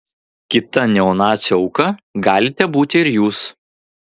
kita neonacių auka galite būti ir jūs